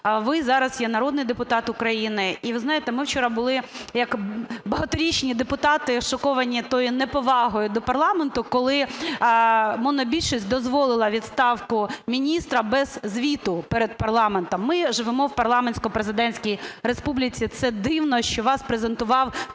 Ви зараз є народний депутат України, і, ви знаєте, ми вчора були як багаторічні депутати шоковані тою неповагою до парламенту, коли монобільшість дозволила відставку міністра без звіту перед парламентом. Ми живемо в парламентсько-президентській республіці, це дивно, що вас презентував